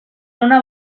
una